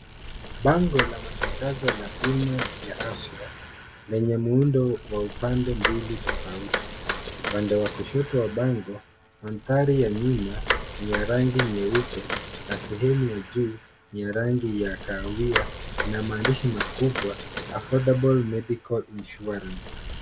Bango la matangazo la bima ya afya, lenye muundo wa upande mbili tofauti. Upande wa kushoto wa bango mandhari ya nyuma ni ya rangi nyeupe na sehemu ya juu ni ya rangi ya kahawia. Ina maandishi makubwa Affordable Medical Insurance .